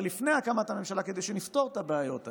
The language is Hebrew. לפני הקמת הממשלה כדי שנפתור את הבעיות האלה.